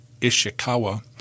Ishikawa